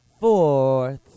four